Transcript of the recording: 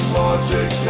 logic